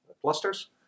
clusters